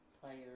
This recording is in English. players